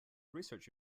research